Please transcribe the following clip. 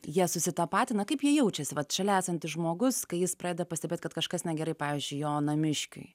jie susitapatina kaip jie jaučiasi vat šalia esantis žmogus kai jis pradeda pastebėt kad kažkas negerai pavyzdžiui jo namiškiui